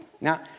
Now